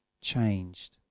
changed